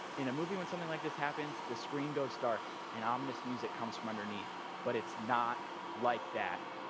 in a movie when something like this happens, the screen goes dark and ominous music comes from underneath. but it's not like that.